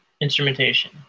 instrumentation